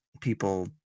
people